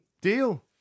deal